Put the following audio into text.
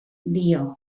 dio